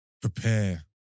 Prepare